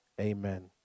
amen